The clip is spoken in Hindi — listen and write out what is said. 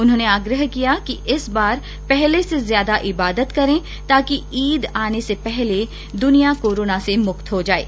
उन्होंने आग्रह किया कि इस बार पहले से ज्यादा इबादत करें ताकि ईद आने से पहले दुनिया कोरोना से मुक्त हो जाये